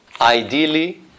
Ideally